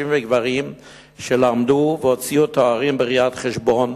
וגברים שלמדו והוציאו תארים בראיית חשבון,